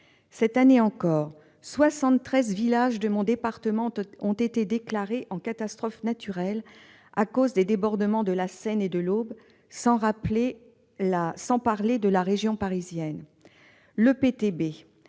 Cette année encore, 73 villages de mon département ont été déclarés en état de catastrophe naturelle à cause des débordements de la Seine et de l'Aube, et c'est sans parler de la région parisienne.